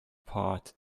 pot